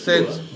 it's true ah